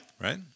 right